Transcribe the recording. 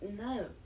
no